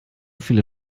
viele